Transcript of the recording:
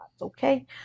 okay